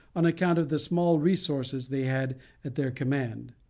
on account of the small resources they had at their command.